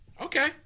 Okay